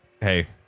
Hey